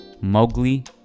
Mowgli